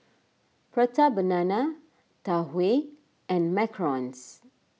Prata Banana Tau Huay and Macarons